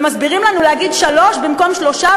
ומסבירים לנו להגיד "שלוש" במקום "שלושה",